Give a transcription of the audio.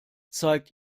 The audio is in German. zeigt